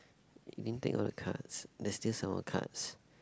I didn't take all the cards there's still some of cards